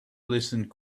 listened